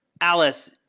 alice